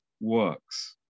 works